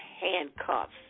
handcuffs